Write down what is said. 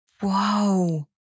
whoa